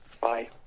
Bye